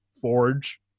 Forge